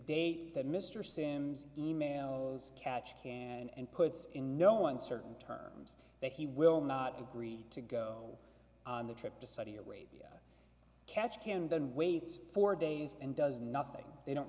date that mr sims e mail was catch and puts in no uncertain terms that he will not agree to go on the trip to saudi arabia catch him then waits for days and does nothing they don't